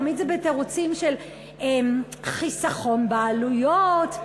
תמיד זה בתירוצים של חיסכון בעלויות,